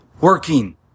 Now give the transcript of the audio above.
working